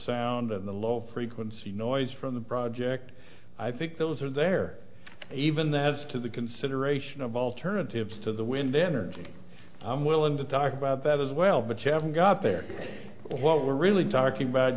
infrasound on the low frequency noise from the project i think those are there even though as to the consideration of alternatives to the wind energy i'm willing to talk about that as well but you haven't got there what we're really talking about